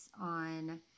on